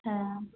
হ্যাঁ